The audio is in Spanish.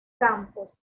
campos